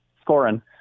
scoring